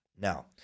Now